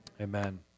amen